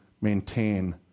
maintain